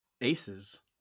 Aces